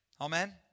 Amen